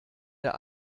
der